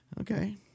okay